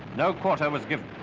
no quarter was given.